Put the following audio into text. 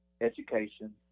education